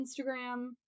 Instagram